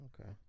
Okay